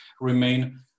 remain